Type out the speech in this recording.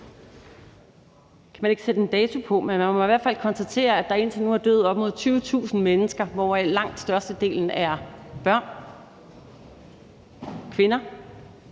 Det kan man ikke sætte en dato på. Men man må i hvert fald konstatere, at indtil nu er op mod 20.000 mennesker døde, hvoraf langt størstedelen er børn og kvinder.